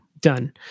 Done